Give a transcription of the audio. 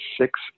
six